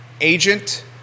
agent